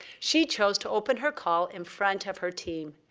she chose to open her call in front of her team.